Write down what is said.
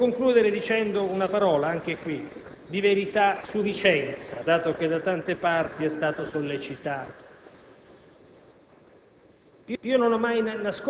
Ma in tutti questi diversi campi noi ci muoviamo sulla linea di un difficile equilibrio: